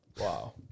Wow